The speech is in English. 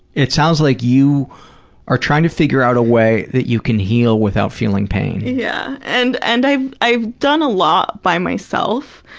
it sounds like you are trying to figure out a way that you can heal without feeling pain. yeah, and and i've i've done a lot by myself,